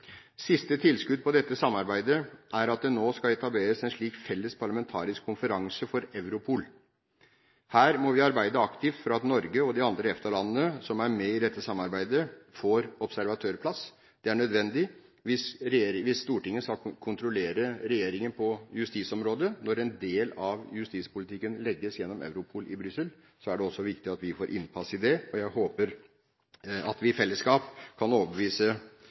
Siste tilskudd på dette samarbeidet er at det nå skal etableres en slik felles parlamentarisk konferanse for Europol. Her må vi arbeide aktivt for at Norge og de andre EFTA-landene som er med i dette samarbeidet, får observatørplass. Det er nødvendig hvis Stortinget skal kontrollere regjeringen på justisområdet. Når en del av justispolitikken legges gjennom Europol i Brussel, er det også viktig at vi får innpass i det. Jeg håper at vi i fellesskap kan overbevise